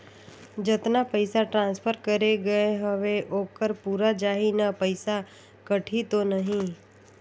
जतना पइसा ट्रांसफर करे गये हवे ओकर पूरा जाही न पइसा कटही तो नहीं?